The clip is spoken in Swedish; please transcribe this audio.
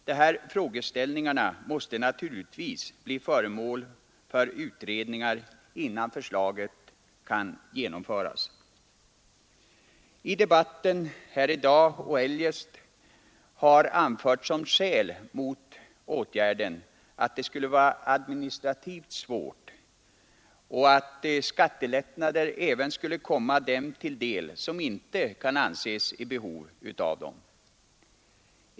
Dessa frågeställningar måste naturligtvis bli föremål för utredning, innan förslaget kan genomföras. I debatten här i dag och eljest har anförts som skäl mot denna åtgärd att den skulle vara administrativt svår att genomföra samt att skattelättnader även skulle komma de människor till del som inte kan anses vara i behov av dem.